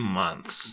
months